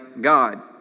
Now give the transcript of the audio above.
God